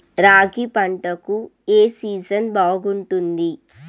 రాగి పంటకు, ఏ సీజన్ బాగుంటుంది?